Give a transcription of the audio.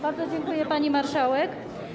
Bardzo dziękuję, pani marszałek.